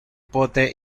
pote